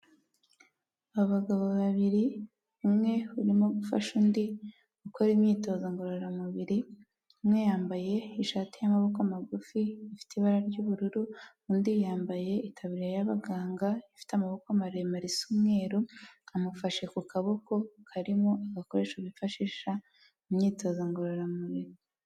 Abagabo babiri umwe urimo gufasha undi gukora imyitozo ngororamubiri, umwe yambaye ishati y'amaboko magufi ifite ibara ry'ubururu undi yambaye itaburiya y'abaganga ifite amaboko maremare isa umweru, amufashe ku kaboko karimo agakoresho bifashisha mu myitozo ngororamubiri.